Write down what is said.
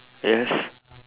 yes